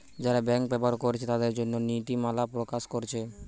যারা ব্যাংক ব্যবহার কোরছে তাদের জন্যে নীতিমালা প্রকাশ কোরছে